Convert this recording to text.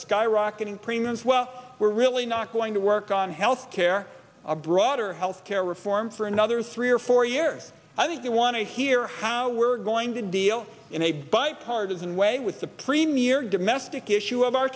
skyrocketing premiums well we're really not going to work on health care abroad or health care reform for another three or four years i think they want to hear how we're going to deal in a bipartisan way with the premier domestic issue of our